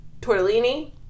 tortellini